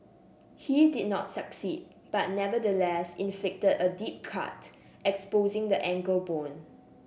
he did not succeed but nevertheless inflicted a deep cut exposing the ankle bone